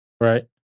Right